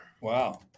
Wow